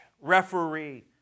referee